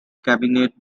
cabinet